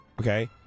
Okay